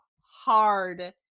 hard